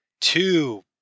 Two